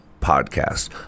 podcast